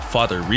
Father